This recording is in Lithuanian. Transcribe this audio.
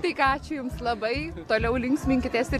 tai ką ačiū jums labai toliau linksminkitės ir